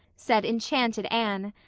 said enchanted anne.